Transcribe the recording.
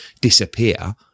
disappear